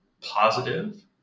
positive